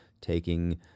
taking